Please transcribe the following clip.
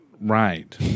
Right